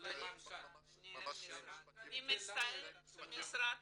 אני מצטערת שהמשרד